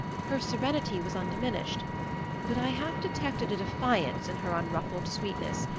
her serenity was undiminished but i half-detected a defiance in her unruffled sweetness,